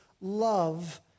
love